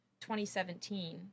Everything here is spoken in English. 2017